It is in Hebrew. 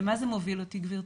למה זה מוביל אותי גברתי,